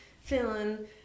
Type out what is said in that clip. feeling